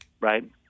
right